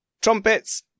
Trumpets